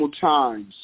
times